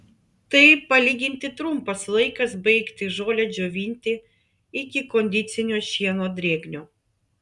tai palyginti trumpas laikas baigti žolę džiovinti iki kondicinio šieno drėgnio